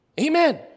Amen